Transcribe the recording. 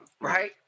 Right